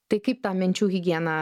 tai kaip tą minčių higieną